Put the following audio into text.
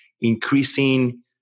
increasing